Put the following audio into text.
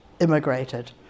immigrated